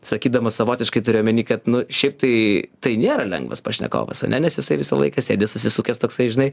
sakydamas savotiškai turiu omeny kad nu šiaip tai tai nėra lengvas pašnekovas ane nes jisai visą laiką sėdi susisukęs toksai žinai